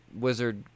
wizard